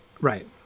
Right